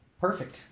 Perfect